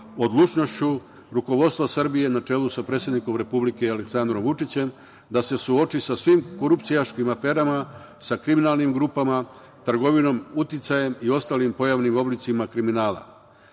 odlučnošću rukovodstva Srbije na čelu sa predsednikom Republike Srbije Aleksandrom Vučićem, da se suoči sa svim korupcionaškim aferama, sa kriminalnim grupama, trgovinom, uticajem i ostalim pojavnim oblicima kriminala,